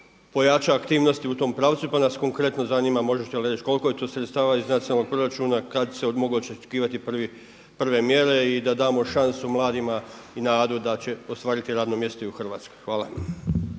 pojača aktivnosti u tom pravcu, pa nas konkretno zanima možete li reći koliko je to sredstava iz nacionalnog proračuna i kada se mogu očekivati prve mjere i da damo šansu mladima i nadu da će ostvariti i radno mjesto u Hrvatskoj. Hvala.